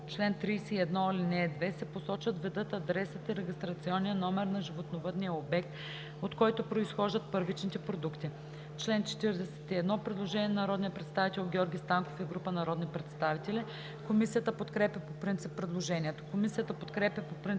чл. 31, ал. 2, се посочват видът, адресът и регистрационният номер на животновъдния обект, от който произхождат първичните продукти. По чл. 41 има предложение на народния представител Георги Станков и група народни представители: Комисията подкрепя по принцип предложението. Комисията подкрепя по принцип